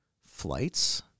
flights